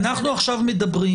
אנחנו מדברים,